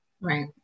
right